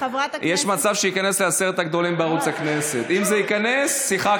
יש מצב שייכנס לעשרת הגדולים בערוץ הכנסת.